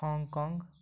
Hong Kong